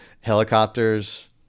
helicopters